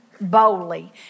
boldly